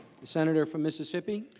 senator from mississippi.